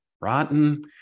rotten